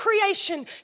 creation